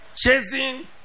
Chasing